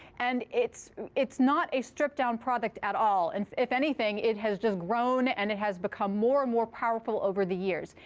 and it's it's not a stripped-down product at all. and if anything, it has just grown and it has become more and more powerful over the years.